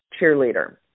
cheerleader